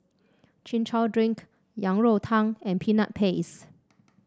Chin Chow Drink Yang Rou Tang and Peanut Paste